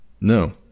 No